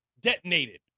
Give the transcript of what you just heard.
detonated